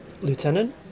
Lieutenant